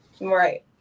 right